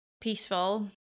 peaceful